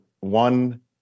one